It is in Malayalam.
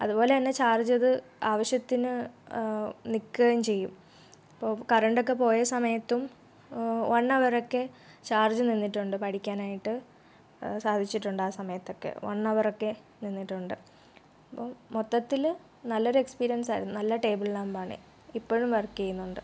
അതുപോലെതന്നെ ചാർജ് അത് ആവശ്യത്തിന് നിൽക്കുകയും ചെയ്യും ഇപ്പോൾ കരണ്ട്ക്കെ പോയൽ സമയത്തും വണ്ണവറൊക്കെ ചാർജ് നിന്നിട്ടുണ്ട് പഠിക്കാനായിട്ട് സാധിച്ചിട്ടുണ്ട് ആ സമയത്തൊക്കെ വണ്ണവറൊക്കെ നിന്നിട്ടുണ്ട് അപ്പോൾ മൊത്തത്തിൽ നല്ലൊരു എക്സ്പീരിയൻസ് ആയിരുന്നു നല്ല ടേബിള ലാംബാണ് ഇപ്പോഴും വർക്ക് ചെയ്യുന്നുണ്ട്